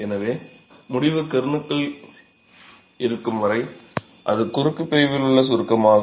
எனவே முடிவு கெர்னுக்குள் இருக்கும் வரை அது குறுக்கு பிரிவிலுள்ள சுருக்கமாகும்